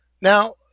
Now